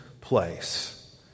place